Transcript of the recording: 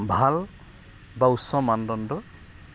ভাল বা উচ্চ মানদণ্ড